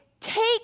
take